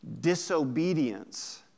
disobedience